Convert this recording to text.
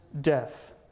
death